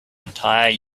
entire